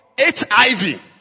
HIV